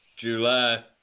July